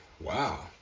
Wow